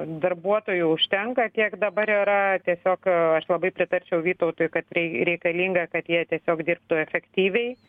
darbuotojų užtenka kiek dabar yra tiesiog aš labai pritarčiau vytautui kad rei reikalinga kad jie tiesiog dirbtų efektyviai